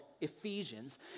ephesians